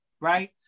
right